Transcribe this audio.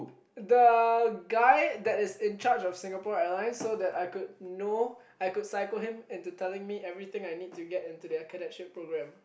the guy that is in charge of Singapore-Airlines so that I could know I could psycho him into telling me everything I need to get into the accreditation-programme